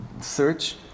search